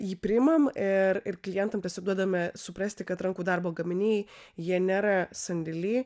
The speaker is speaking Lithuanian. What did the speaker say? jį priimam ir ir klientam tiesiog duodame suprasti kad rankų darbo gaminiai jie nėra sandėly